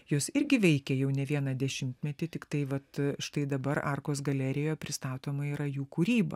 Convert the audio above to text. jos irgi veikė jau ne vieną dešimtmetį tiktai vat štai dabar arkos galerija pristatoma yra jų kūryba